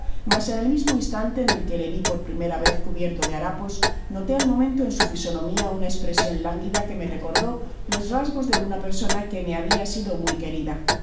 mas en el mismo instante en que le vi por la primera vez cubierto de harapos notó al momento en su fisonomia una espresion lánguida que me recordó los rasgos de una persona que me habia sido muy querida